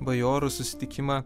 bajorų susitikimą